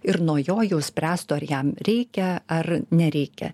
ir nuo jo jau spręstų ar jam reikia ar nereikia